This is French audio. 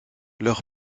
leur